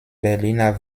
berliner